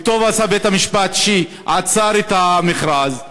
וטוב עשה בית-המשפט שעצר את המכרז.